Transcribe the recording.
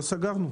לא סגרנו.